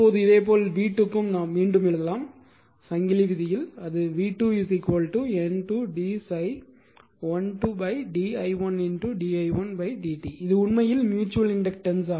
இப்போது இதேபோல் V 2 க்கும் நாம் மீண்டும் எழுதலாம் சங்கிலி விதி v2 N2 d ∅12 d i1 d i1 dt இது உண்மையில் ம்யூச்சுவல் இண்டக்டன்ஸ்